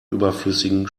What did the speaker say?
überflüssigen